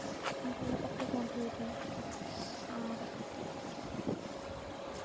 ᱱᱚᱝᱠᱟ ᱞᱮᱠᱟᱛᱮ ᱧᱮᱞ ᱦᱩᱭ ᱟᱠᱟᱱᱟ ᱟᱨ